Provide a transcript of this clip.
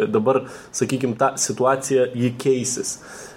dabar sakykim ta situacija ji keisis